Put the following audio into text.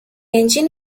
engine